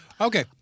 Okay